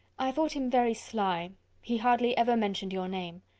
i thought him very sly he hardly ever mentioned your name.